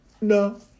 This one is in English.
No